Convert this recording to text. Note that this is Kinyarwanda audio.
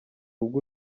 ubwo